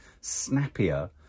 snappier